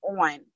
on